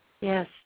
Yes